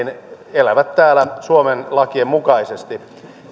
elävät täällä suomen lakien mukaisesti